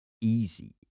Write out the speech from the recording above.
easy